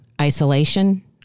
isolation